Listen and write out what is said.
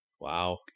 wow